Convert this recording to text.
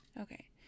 okay